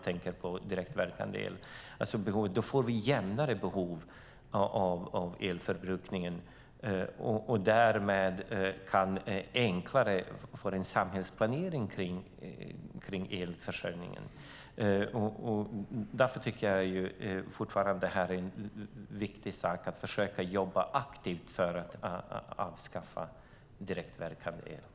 Vi kan få en jämnare elförbrukning, och därmed kan samhällsplaneringen kring elförsörjningen bli enklare. Därför tycker jag fortfarande att det är viktigt att försöka jobba aktivt för att avskaffa direktverkande el.